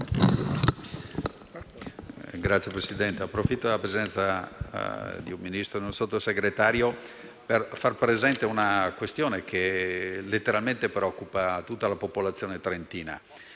Signor Presidente, approfitto della presenza di un Ministro e di un Sottosegretario per far presente una questione che preoccupa letteralmente tutta la popolazione trentina.